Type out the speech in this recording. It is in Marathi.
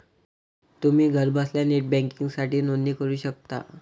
तुम्ही घरबसल्या नेट बँकिंगसाठी नोंदणी करू शकता